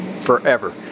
forever